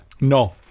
No